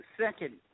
second